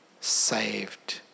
saved